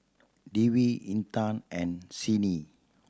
Dwi Intan and Senin